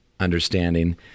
understanding